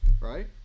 right